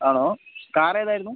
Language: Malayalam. ആണോ കാർ ഏതായിരുന്നു